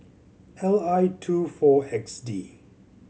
L I two four X D